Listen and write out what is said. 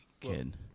kid